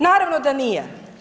Naravno da nije.